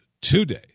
Today